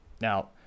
Now